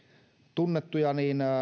tunnettuja